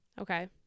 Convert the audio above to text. Okay